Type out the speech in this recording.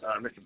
Mr